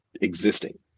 existing